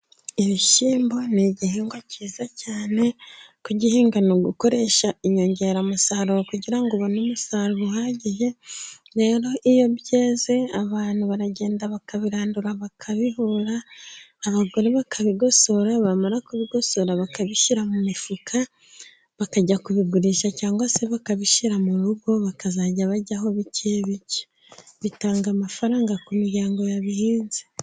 Ibishyimbo ni igihingwa cyiza cyane kugihinga n'ugukoresha inyongeramusaruro kugirango ubone umusaruro uhagije, rero iyo byeze abantu baragenda bakabirandura bakabihura, abagore bakabigosora, bamara kubigosora bakabishyira mu mifuka, bakajya kubigurisha cyangwa se bakabishyira mu rugo bakazajya baryaho bike bike, bitanga amafaranga ku miryango yabihinze.